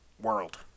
World